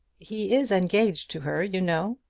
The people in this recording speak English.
he is engaged to her, you know,